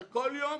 אבל כל יום